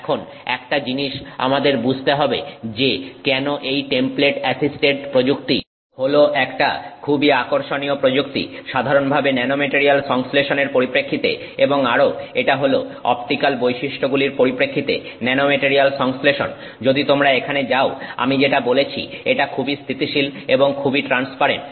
এখন একটা জিনিস আমাদের বুঝতে হবে যে কেন এই টেমপ্লেট অ্যাসিস্টেড প্রযুক্তি হল একটা খুবই আকর্ষণীয় প্রযুক্তি সাধারণভাবে ন্যানোমেটারিয়াল সংশ্লেষণের পরিপ্রেক্ষিতে এবং আরো এটা হল অপটিক্যাল বৈশিষ্ট্যগুলির পরিপ্রেক্ষিতে ন্যানোমেটারিয়াল সংশ্লেষণ যদি তোমরা এখানে যাও আমি যেটা বলেছি এটা খুবই স্থিতিশীল এবং খুবই ট্রান্সপারেন্ট